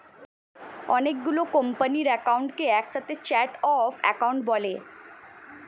অনেক গুলো কোম্পানির অ্যাকাউন্টকে একসাথে চার্ট অফ অ্যাকাউন্ট বলে